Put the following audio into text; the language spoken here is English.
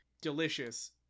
delicious